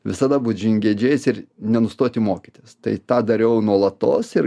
visada būt žingeidžiais ir nenustoti mokytis tai tą dariau nuolatos ir